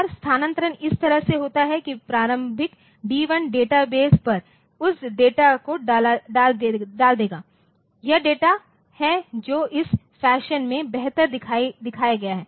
और स्थानांतरण इस तरह से होता है कि प्रारंभिक D1 डेटाबेस पर उस डेटा को डाल देगा यह डेटा है जो इस फैशन में बेहतर दिखाया गया है